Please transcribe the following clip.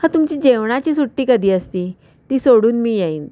हं तुमची जेवणाची सुट्टी कधी असते ती सोडून मी येईन